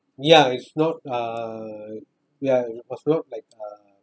ya it's not uh ya it was not like uh